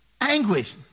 Anguish